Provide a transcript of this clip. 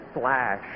flash